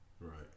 right